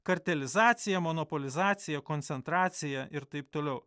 kartelizacija monopolizacija koncentracija ir taip toliau